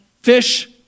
fish